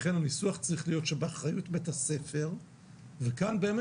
לכן הניסוח צריך להיות שבאחריות בת הספר וכאן באמת